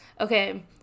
Okay